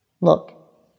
Look